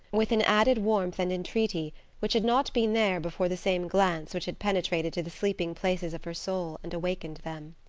with an added warmth and entreaty which had not been there before the same glance which had penetrated to the sleeping places of her soul and awakened them.